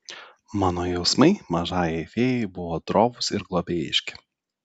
mano jausmai mažajai fėjai buvo drovūs ir globėjiški